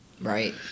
Right